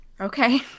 Okay